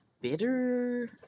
bitter